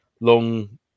long